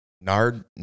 Nard